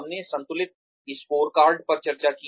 हमने संतुलित स्कोरकार्ड पर चर्चा की